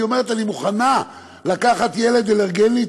והיא אומרת: אני מוכנה לקחת ילד אלרגי,